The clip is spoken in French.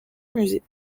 musée